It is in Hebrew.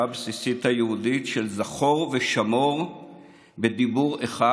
הבסיסית היהודית של זכור ושמור בדיבור אחד,